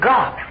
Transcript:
God